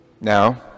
Now